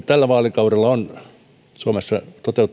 tällä vaalikaudella on suomessa